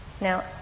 Now